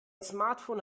smartphone